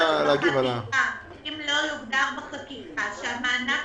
אם לא יוסדר בחקיקה, שהמענק